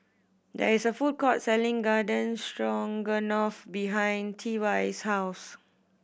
there is a food court selling Garden Stroganoff behind T Y's house